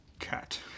cat